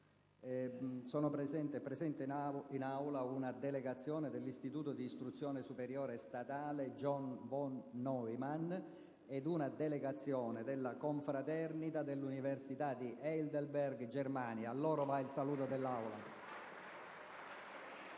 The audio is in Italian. Sono presenti in tribuna una delegazione dell'Istituto di istruzione superiore statale «John von Neumann» ed una delegazione della Confraternita dell'Università di Heidelberg (Germania). Ad esse rivolgiamo il saluto dell'Assemblea.